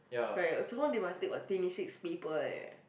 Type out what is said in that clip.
correct oh some more they must take what twenty six people eh